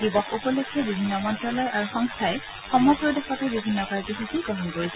দিৱস উপলক্ষে বিভিন্ন মন্ত্যালয় আৰু সংস্থাই সমগ্ৰ দেশতে বিভিন্ন কাৰ্যসূচী গ্ৰহণ কৰিছে